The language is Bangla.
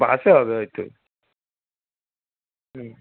বাসে হবে হয়তো হুম